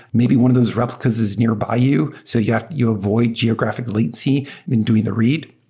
maybe one of those replicas is nearby you, so yeah you avoid geographic latency when doing the read.